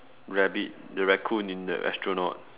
rabbit the raccoon in the astronaut